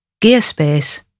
Gearspace